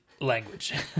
language